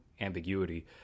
ambiguity